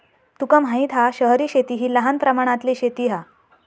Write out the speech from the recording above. तुका माहित हा शहरी शेती हि लहान प्रमाणातली शेती हा